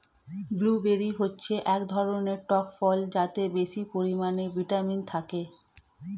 blueberry হচ্ছে এক ধরনের টক ফল যাতে বেশি পরিমাণে ভিটামিন থাকে